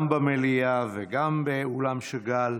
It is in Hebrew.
גם במליאה וגם באולם שאגאל,